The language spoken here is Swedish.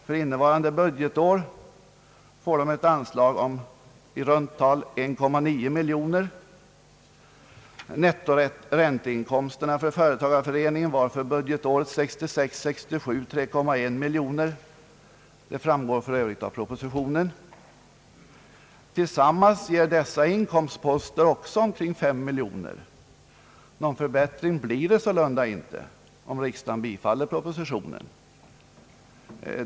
För innevarande budgetår får de ett anslag om i runt tal 1,9 miljon kronor. Företagareföreningarnas ränteinkomster var för budgetåret 1966/67 3,1 miljoner. Det framgår för övrigt av propositionen. Tillsammans ger detta också inkomstposter på omkring 5 miljoner kronor. Någon förbättring blir det sålunda inte om riksdagen bifaller propositionen.